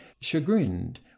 chagrined